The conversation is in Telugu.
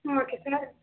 okay sir